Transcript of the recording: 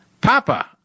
Papa